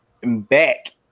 back